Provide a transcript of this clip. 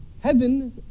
Heaven